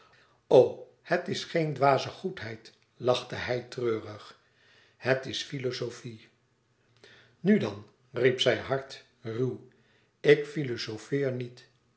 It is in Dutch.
het is geen dwaze goedheid lachte hij treurig het is filozofie nu dan riep zij hard ruw ik filozofeer niet